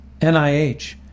NIH